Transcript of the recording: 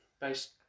based